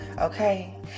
Okay